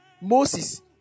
Moses